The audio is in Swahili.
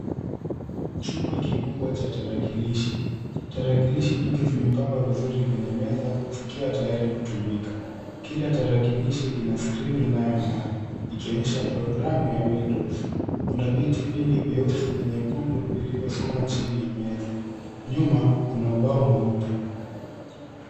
Chumba kikubwa cha tarakilishi. Tarakilishi nyingi zimepangwa vizuri kwenye meza zikiwa tayari kutumika. Kila tarakilishi ina skrini inayo ng'aa inio yesha programu ya [cs ] windows[cs ]. Ku'a viti vingi vyeusi na nyekundu vilivyo sukumwa chini ya meza. Nyuma kuna ubao mweupe.